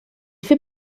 fait